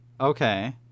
Okay